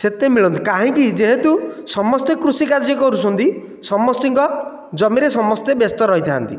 ସେତେ ମିଳନ୍ତି କାହିଁକି ଯେହେତୁ ସମସ୍ତେ କୃଷି କାର୍ଯ୍ୟ କରୁଛନ୍ତି ସମସ୍ତଙ୍କ ଜମିରେ ସମସ୍ତେ ବ୍ୟସ୍ତ ରହିଥାନ୍ତି